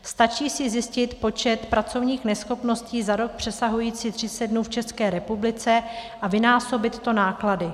Stačí si zjistit počet pracovních neschopností za rok přesahujících 30 dnů v České republice a vynásobit to náklady.